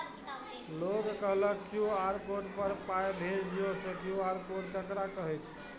लोग कहलक QR code पर पाय भेज दियौ से क्यू.आर कोड ककरा कहै छै?